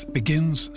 begins